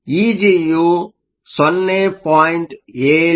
ಇಜಿಯು 0